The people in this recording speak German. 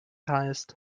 heißt